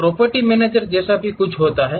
property manager जैसा भी कुछ होता है